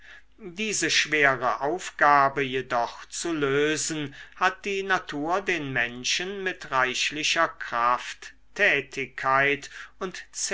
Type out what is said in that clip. diese schwere aufgabe jedoch zu lösen hat die natur den menschen mit reichlicher kraft tätigkeit und